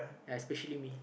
ya especially me